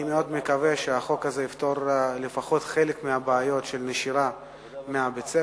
אני מאוד מקווה שהחוק הזה יפתור לפחות חלק מבעיית הנשירה מבתי-הספר,